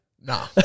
Nah